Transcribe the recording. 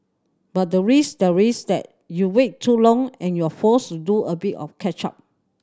but the risk there is that you wait too long and you're forced to do a bit of catch up